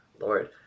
Lord